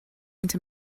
into